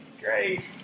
great